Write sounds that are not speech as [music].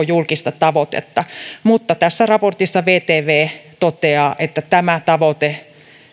[unintelligible] julkista tavoitetta mutta raportissa vtv toteaa että tämä tavoite